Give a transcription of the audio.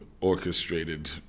orchestrated